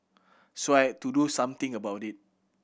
so I had to do something about it